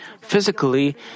Physically